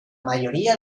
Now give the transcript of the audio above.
mayoría